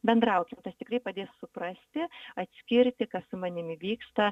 bendraukim tas tikrai padės suprasti atskirti kas su manimi vyksta